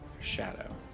Shadow